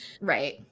right